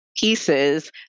pieces